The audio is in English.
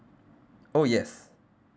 oh yes